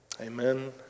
Amen